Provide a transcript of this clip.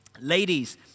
Ladies